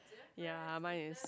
ya mine is